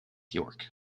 york